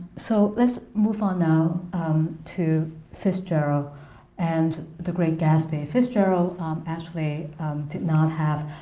so let's move on now um to fitzgerald and the great gatsby. fitzgerald actually did not have